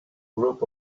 group